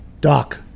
Doc